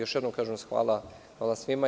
Još jednom kažem, hvala svima.